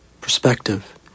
perspective